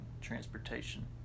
transportation